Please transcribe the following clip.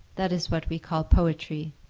that is what we call poetry.